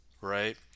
right